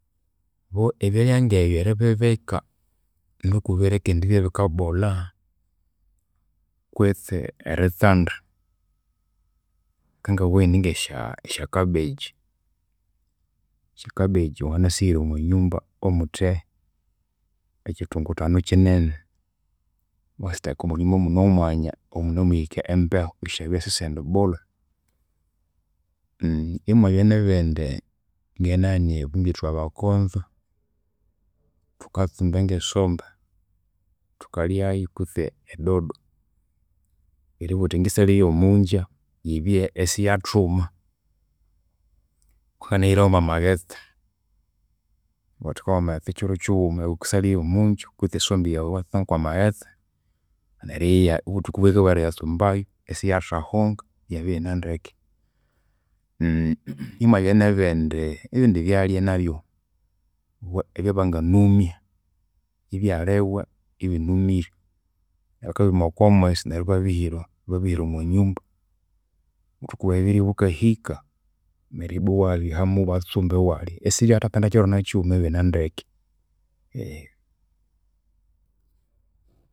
Ebyalya ngebyu eribibika nuku birikendibya ibikabolha kwitsi eritsanda, kangabugha indi ngesya esya cabbage. Esya cabbage wanginasihira omwanyumba omuthe ekyithunguthanu kyinene. Owasitheka omwanyumba omune omwanya omunamuhika embehu isyabya isisyendibolha. Imwabya nebindi obo ngithwebakonzo thukatsumba ngesombe thukalyayu kutse edodo, eribugha ghuthi ghisalyayu omunja, yibye isiyathuma, wanganahirayu omwamaghetse. Iwathekayu omwamaghetse kyiro kyighuma ighukisalyayu omunja, kwitsi esombe yaghu iwatsanga kwamaghetse neru iyaya obuthuku ibwahika obweriyatsumbayu isiyathahonga iyabya iyinendeke. Imwabya nebindi ebindi byalya nabyu ebyabanganumya ibyalibwa ibinumire. Neryo bakabyumaya okwamwisi ibyalibwa ibinumire, neru bakabyumaya okwamwisi neryo ibabihira ibahika omwanyumba. Obuthuku obweribirya bukahika neru ibwa iwaya bihamu iwatsumba iwalya, isibyathatsanda nekyiro nakyighuma ibine ndeke.